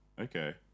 Okay